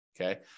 Okay